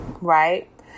right